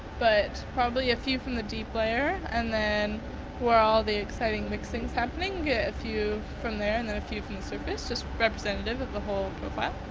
but probably a few from the deep layer and then where all the exciting mixing is happening, get a few from there, and a few from the surface, just representative of the whole profile.